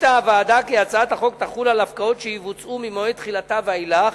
החליטה הוועדה כי הצעת החוק תחול על הפקעות שיבוצעו ממועד תחילתה ואילך.